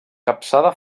capçada